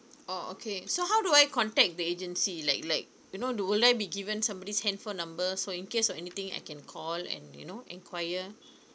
oh okay so how do I contact the agency like like you know do we like be given somebody's handphone number so in case or anything I can call and you know enquire